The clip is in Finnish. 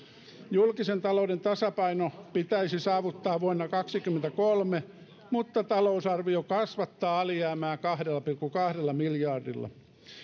julkisen talouden tasapaino pitäisi saavuttaa vuonna kaksikymmentäkolme mutta talousarvio kasvattaa alijäämää kahdella pilkku kahdella miljardilla